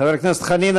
חבר הכנסת חנין,